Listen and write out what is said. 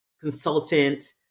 consultant